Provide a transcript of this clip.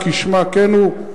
כשמה כן היא,